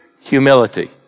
humility